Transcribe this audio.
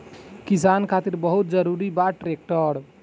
किसान खातिर बहुत जरूरी बा ट्रैक्टर